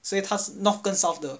所以他 north 跟 south 的